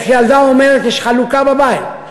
איך ילדה אומרת: יש חלוקה בבית.